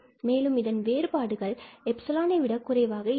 மேலும் இதன் வேறுபாடுகள் எப்சிலானை விட குறைவாக இருக்கும்